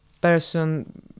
person